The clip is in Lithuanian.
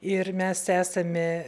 ir mes esame